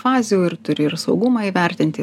fazių ir turi ir saugumą įvertinti